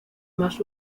más